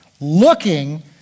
Looking